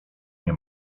nie